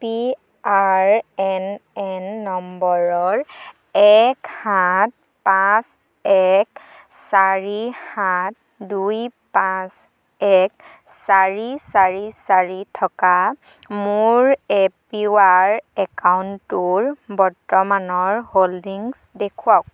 P R N N নম্বৰৰ এক সাত পাঁচ এক চাৰি সাত দুই পাঁচ এক চাৰি চাৰি চাৰি থকা মোৰ এ পি ৱাই একাউণ্টটোৰ বৰ্তমানৰ হোল্ডিংছ দেখুৱাওক